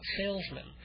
salesmen